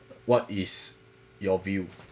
what is your view